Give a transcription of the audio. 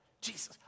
Jesus